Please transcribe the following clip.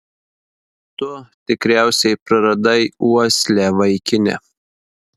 tu tikriausiai praradai uoslę vaikine